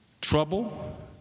trouble